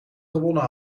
gewonnen